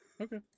Okay